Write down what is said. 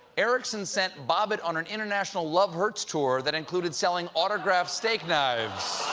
erickson sent bobbitt on an international love hurts tour that included selling autographed steak knives.